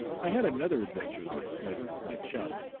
i had another adventure with smith, my chum,